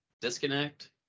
disconnect